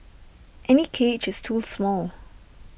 any cage is too small